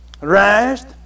Rest